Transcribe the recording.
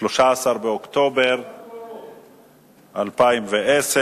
13 באוקטובר 2010,